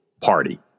party